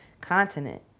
continent